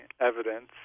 evidence